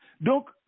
Donc